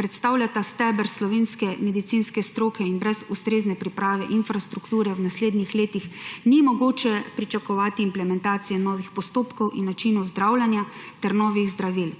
predstavljata steber slovenske medicinske stroke in brez ustrezne priprave infrastrukture v naslednjih letih ni mogoče pričakovati implementacije novih postopkov in načinov zdravljenja ter novih zdravil.